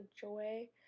joy